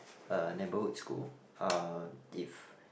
a neighborhood school uh if